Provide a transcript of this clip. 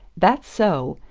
that so?